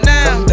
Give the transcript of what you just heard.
now